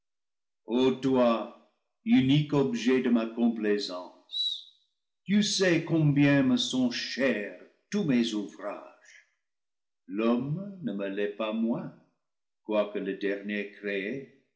toi unique objet de ma complaisance tu sais combien me sont chers tous mes ouvrages l'homme ne me l'est pas moins quoique le dernier créé